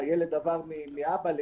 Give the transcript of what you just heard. הילד עבר מאבא לאימא,